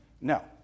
No